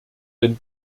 denn